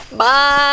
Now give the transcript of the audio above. Bye